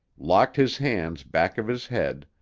locked his hands back of his head,